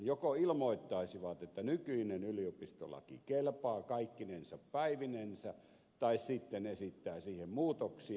joko ilmoittaisivat että nykyinen yliopistolaki kelpaa kaikkinensa päivinensä tai sitten esittäisivät siihen muutoksia